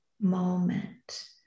moment